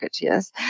Yes